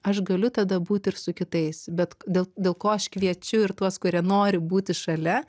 aš galiu tada būt ir su kitais bet dėl dėl ko aš kviečiu ir tuos kurie nori būti šalia